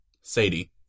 Sadie